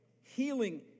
healing